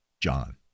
John